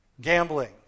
Gambling